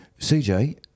CJ